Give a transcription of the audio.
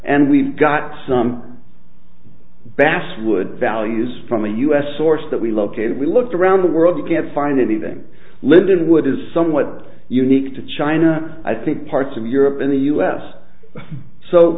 and we've got some basswood values from the u s source that we located we looked around the world you can't find anything lindenwood is somewhat unique to china i think parts of europe in the u s so